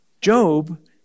Job